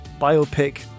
biopic